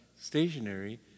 stationary